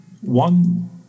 one